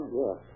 yes